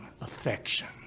affection